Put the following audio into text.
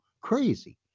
crazy